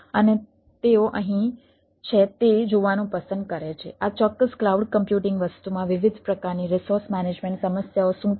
અને તેઓ અહીં છે તે જોવાનું પસંદ કરે છે આ ચોક્કસ ક્લાઉડ કમ્પ્યુટિંગ વસ્તુમાં વિવિધ પ્રકારની રિસોર્સ મેનેજમેન્ટ સમસ્યાઓ શું છે